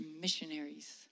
missionaries